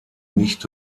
nicht